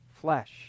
flesh